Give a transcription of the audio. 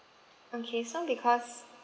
okay so because